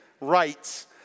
rights